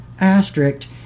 asterisk